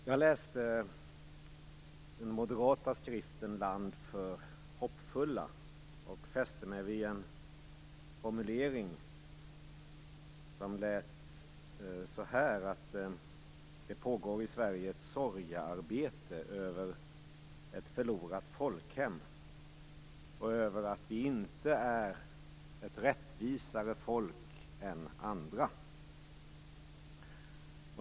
Jag läste den moderata skriften Land för hoppfulla och fäste mig vid en formulering som löd: Det pågår i Sverige ett sorgearbete över ett förlorat folkhem och över att vi inte är ett rättvisare folk än andra.